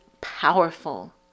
powerful